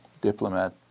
diplomat